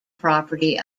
property